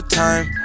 time